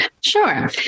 Sure